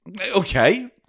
Okay